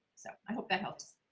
so like hope that helps